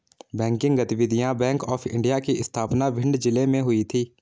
banking गतिविधियां bank of India की स्थापना भिंड जिले में हुई थी